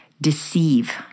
deceive